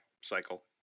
cycle